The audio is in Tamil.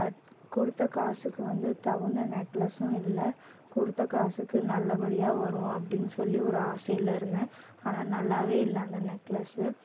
அது கொடுத்த காசுக்கு வந்து தகுந்த நெக்லஸ்ஸும் இல்லை கொடுத்த காசுக்கு நல்லபடியாக வரும் அப்படின் சொல்லி ஒரு ஆசையில் இருந்தேன் ஆனால் நல்லாவே இல்லை அந்த நெக்லஸு